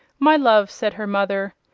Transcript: my love, said her mother,